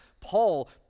Paul